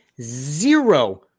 zero